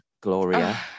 Gloria